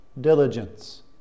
diligence